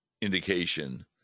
indication